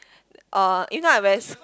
uh if not I wears